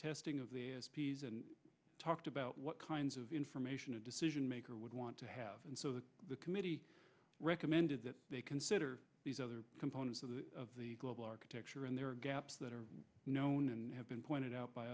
testing of the talked about what kinds of information a decision maker would want to have and so the committee recommended that they consider these other components of the global architecture and there are gaps that are known and have been pointed out by